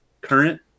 current